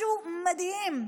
משהו מדהים.